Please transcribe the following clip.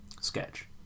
sketch